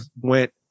went